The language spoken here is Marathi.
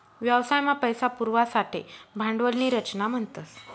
व्यवसाय मा पैसा पुरवासाठे भांडवल नी रचना म्हणतस